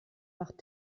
macht